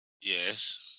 Yes